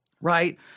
right